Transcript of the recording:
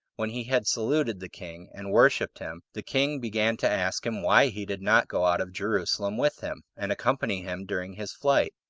when he had saluted the king, and worshipped him, the king began to ask him why he did not go out of jerusalem with him, and accompany him during his flight.